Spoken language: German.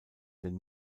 den